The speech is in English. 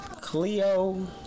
Cleo